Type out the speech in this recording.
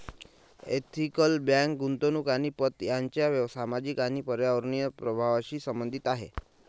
ethical bank गुंतवणूक आणि पत यांच्या सामाजिक आणि पर्यावरणीय प्रभावांशी संबंधित आहे